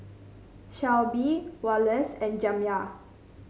Shelbi Wallace and Jamya